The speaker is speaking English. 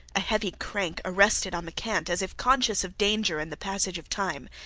a heavy crank arrested on the cant, as if conscious of danger and the passage of time.